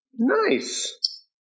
nice